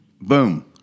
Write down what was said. Boom